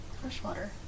Freshwater